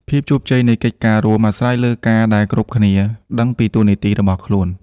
ភាពជោគជ័យនៃកិច្ចការរួម អាស្រ័យលើការដែលគ្រប់គ្នាដឹងពីតួនាទីរបស់ខ្លួន។